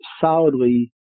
solidly